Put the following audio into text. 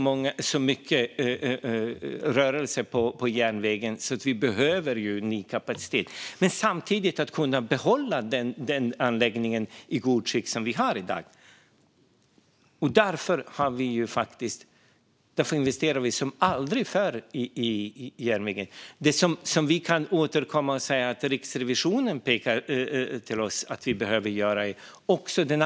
Men vi måste kunna hålla flera bollar i luften samtidigt, vilket innebär att anläggningen samtidigt måste hållas i gott skick. Därför investerar vi som aldrig förr i järnvägen. Riksrevisionen pekar på behovet av att göra investeringar.